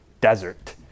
desert